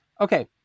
Okay